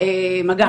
מגע.